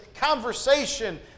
conversation